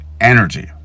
energy